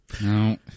No